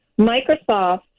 Microsoft